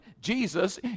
Jesus